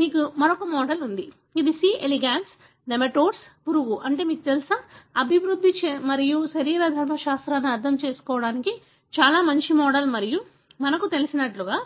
మీకు మరొక మోడల్ ఉంది ఇది సి ఎలిగాన్స్ నెమటోడ్ పురుగు అంటే మీకు తెలుసా అభివృద్ధి మరియు శరీరధర్మ శాస్త్రాన్ని అర్థం చేసుకోవడానికి చాలా మంచి మోడల్ మరియు మనకు తెలిసినట్లుగా